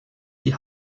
die